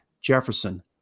Jefferson